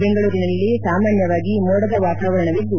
ಬೆಂಗಳೂರಿನಲ್ಲಿ ಸಾಮಾನ್ಯವಾಗಿ ಮೋಡದ ವಾತಾವರಣವಿದ್ದು